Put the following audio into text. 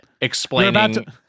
explaining